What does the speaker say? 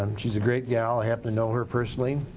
um she's a great gal, i happen to know her personally.